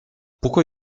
pourquoi